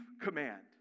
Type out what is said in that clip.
command